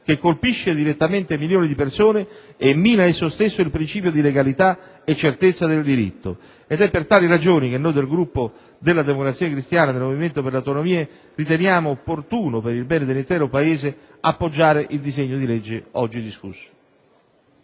che colpisce direttamente milioni di persone e mina, essa stessa, il principio di legalità e certezza del diritto. È per tali ragioni che noi del Gruppo Democrazia Cristiana-Indipendenti-Movimento per l'Autonomia riteniamo opportuno, per il bene dell'intero Paese, appoggiare il disegno di legge oggi in discussione.